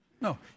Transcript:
No